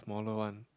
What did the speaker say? smaller one